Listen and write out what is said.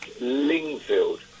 Lingfield